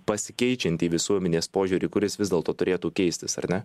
pasikeičiantį visuomenės požiūrį kuris vis dėlto turėtų keistis ar ne